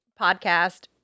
podcast